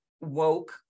woke